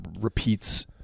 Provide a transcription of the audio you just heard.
repeats